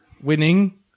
winning